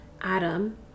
Adam